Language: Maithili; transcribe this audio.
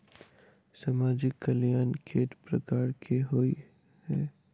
सामाजिक कल्याण केट प्रकार केँ होइ है?